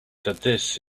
this